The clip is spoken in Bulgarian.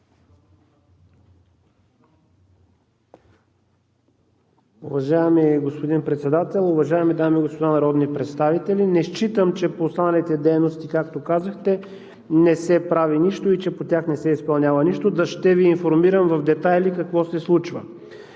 Уважаеми господин Председател, уважаеми дами и господа народни представители! Не считам, че по останалите дейности, както казахте, не се прави нищо и че по тях не се изпълнява нищо. Ще Ви информирам в детайли какво се случва.